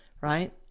right